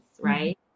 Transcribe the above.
right